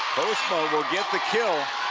postma will get the kill.